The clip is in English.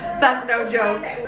that's no joke.